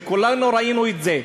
וכולנו ראינו את זה.